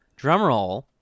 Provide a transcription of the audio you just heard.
drumroll